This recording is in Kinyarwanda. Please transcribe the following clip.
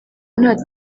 nta